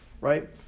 right